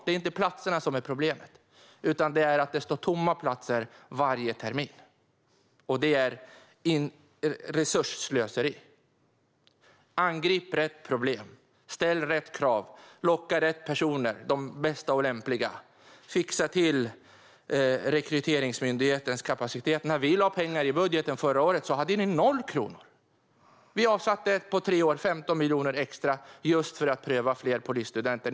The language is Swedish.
Det är inte platserna som är problemet, utan det är att det står tomma platser varje termin. Det är resursslöseri. Angrip rätt problem. Ställ rätt krav. Locka rätt personer, de bästa och lämpliga. Fixa till rekryteringsmyndighetens kapacitet. När vi lade pengar i budgeten förra året hade ni noll kronor. Vi avsatte på tre år 15 miljoner extra just för att pröva fler polisstudenter.